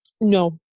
no